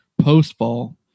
post-fall